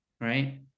right